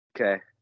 okay